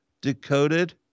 Decoded